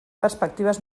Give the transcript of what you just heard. perspectives